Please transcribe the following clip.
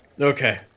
Okay